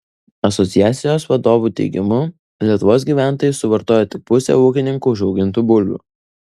asociacijos vadovų teigimu lietuvos gyventojai suvartoja tik pusę ūkininkų užaugintų bulvių